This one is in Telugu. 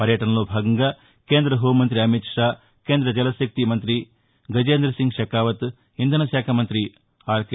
పర్యటనలో భాగంగా కేంద్ర హోంమంతి అమిత్ షా కేంద్ర జలశక్తి మంతి గజేంద్రసింగ్ షెకావత్ ఇంధనశాఖ మంతి ఆర్కే